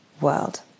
world